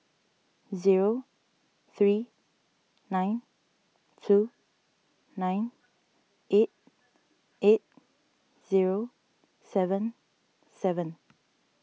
zero three nine two nine eight eight zero seven seven